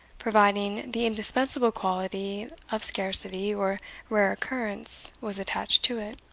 providing the indispensable quality of scarcity, or rare occurrence, was attached to it.